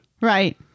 Right